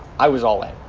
i was all in.